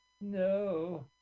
No